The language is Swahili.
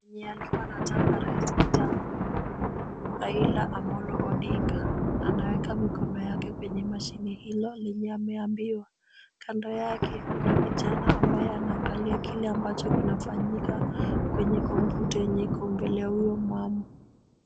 Mwenye alikuwa anataka rais kitambo Raila Amolo Odinga anaweka mikono yake kwenye mashine hilo lenye ameambiwa. Kando yake kuna kijana ambaye anaangalia kile ambacho kinafanyika kwenye kompyuta yenye iko mbele ya huyo mama.